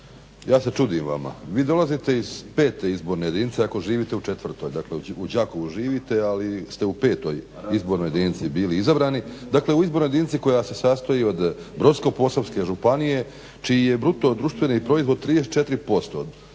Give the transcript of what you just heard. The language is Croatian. ja se čudim vama. Vi dolazite iz 5 izborne jedinice ako živite u 4, dakle u Đakovu živite, ali ste u 5 izbornoj jedinici bili izabrani, dakle u izbornoj jedinici koja se sastoji od Brodsko-posavske županije čiji je bruto društveni proizvod 34%.